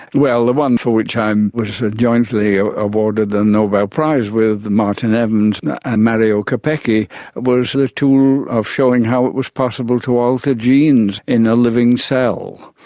well, the one for which i was ah jointly ah awarded the nobel prize with martin evans and mario capecchi was the tool of showing how it was possible to alter genes in a living cell.